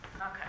Okay